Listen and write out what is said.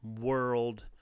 world